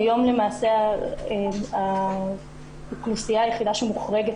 כיום למעשה האוכלוסייה היחידה שמוחרגת